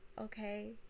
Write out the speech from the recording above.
okay